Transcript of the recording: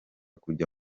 kujya